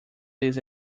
this